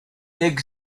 big